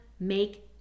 make